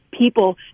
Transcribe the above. people